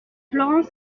florence